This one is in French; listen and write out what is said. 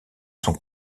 son